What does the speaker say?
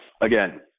again